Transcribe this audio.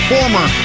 Former